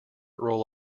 roll